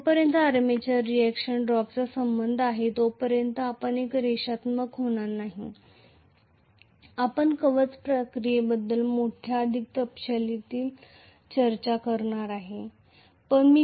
जोपर्यंत armature reaction ड्रॉपचा संबंध आहे तोपर्यंत आपण एक रेषात्मक होणार नाही आपण आर्मेचर रिअक्शनबद्दल थोड्या अधिक तपशीलात चर्चा करणार आहोत